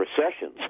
recessions